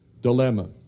dilemma